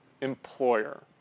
employer